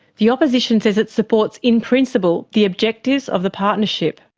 the opposition says it supports in principal the objectives of the partnership.